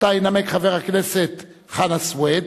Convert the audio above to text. ואותה ינמק חבר הכנסת חנא סוייד.